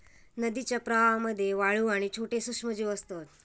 नदीच्या प्रवाहामध्ये वाळू आणि छोटे सूक्ष्मजीव असतत